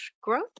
growth